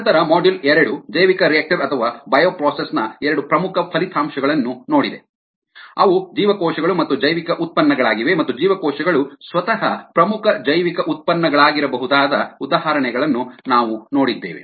ನಂತರ ಮಾಡ್ಯೂಲ್ ಎರಡು ಜೈವಿಕರಿಯಾಕ್ಟರ್ ಅಥವಾ ಬಯೋಪ್ರೊಸೆಸ್ ನ ಎರಡು ಪ್ರಮುಖ ಫಲಿತಾಂಶಗಳನ್ನು ನೋಡಿದೆ ಅವು ಜೀವಕೋಶಗಳು ಮತ್ತು ಜೈವಿಕ ಉತ್ಪನ್ನಗಳಾಗಿವೆ ಮತ್ತು ಜೀವಕೋಶಗಳು ಸ್ವತಃ ಪ್ರಮುಖ ಜೈವಿಕ ಉತ್ಪನ್ನಗಳಾಗಿರಬಹುದಾದ ಉದಾಹರಣೆಗಳನ್ನು ನಾವು ನೋಡಿದ್ದೇವೆ